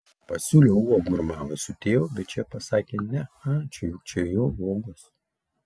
pasiūlė uogų ir mamai su tėvu bet šie pasakė ne ačiū juk čia jo uogos